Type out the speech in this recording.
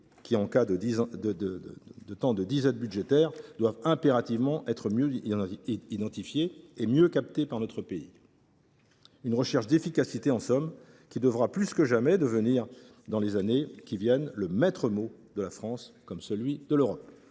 qui, en ces temps de disette budgétaire, doivent impérativement être mieux identifiés et mieux captés par notre pays. Cette recherche d’efficacité, en somme, devra plus que jamais devenir, dans les années qui viennent, le maître mot de la France, comme celui de l’Europe.